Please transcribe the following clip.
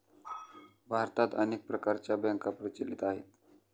भारतात अनेक प्रकारच्या बँका प्रचलित आहेत